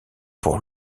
pour